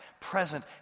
present